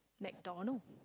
McDonald